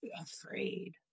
afraid